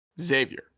Xavier